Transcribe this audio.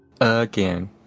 Again